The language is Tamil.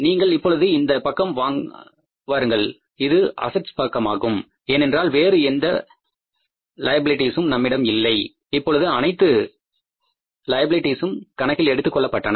நீங்கள் இப்போது இந்தப் பக்கம் வாங்க இது அசெட்ஸ் பக்கமாகும் ஏனெனில் வேறு எந்த லயபிலிட்டிஸும் நம்மிடம் இல்லை இப்பொழுது அனைத்து லயபிலிட்டிஸும் கணக்கில் எடுத்துக்கொள்ளப்பட்டன